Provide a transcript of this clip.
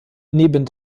neben